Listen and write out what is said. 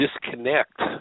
disconnect